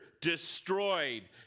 destroyed